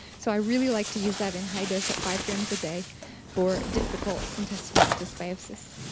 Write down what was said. so i really like to use that in high dose at five grams a day for difficult intestinal dysbiosis.